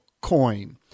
coin